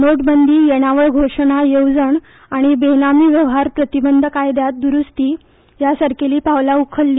नोटबंदी येणावळ घोशणा येवजण आनी बेनामी वेव्हार प्रतिबंध कायद्यांत द्रुस्ती हे सारकेली पावलां उखल्ली